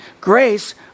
grace